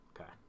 Okay